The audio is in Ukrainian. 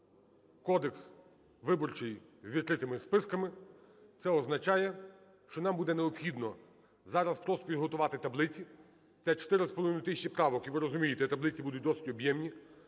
Кодекс виборчий з відкритими списками. Це означає, що нам буде необхідно зараз просто підготувати таблиці. Це 4,5 тисячі правок, і, ви розумієте, таблиці будуть досить об'ємні,